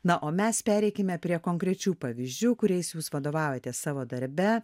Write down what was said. na o mes pereikime prie konkrečių pavyzdžių kuriais jūs vadovaujatės savo darbe